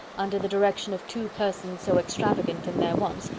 under the direction of two persons so extravagant in their wants,